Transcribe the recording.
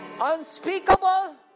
unspeakable